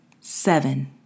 Seven